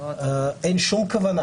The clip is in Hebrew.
אין שום כוונה